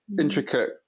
intricate